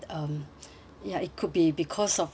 ya it could be because of the